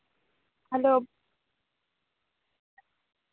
hello